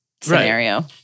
scenario